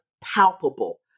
palpable